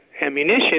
ammunition